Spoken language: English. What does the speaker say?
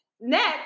Next